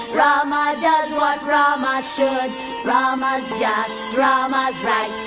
rama does what rama should rama's just, rama's right,